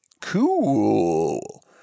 Cool